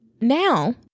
now